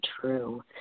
true